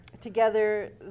together